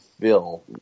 fill